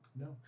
No